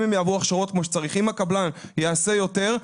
אם הם יעברו הכשרות כמו שצריך והקבלן יעשה יותר,